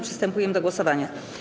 Przystępujemy do głosowania.